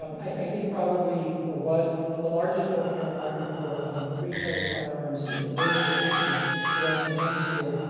um i think probably, or was the largest open-air market for the free trade of firearms in the world, at least in the the western hemisphere.